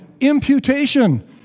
imputation